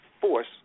force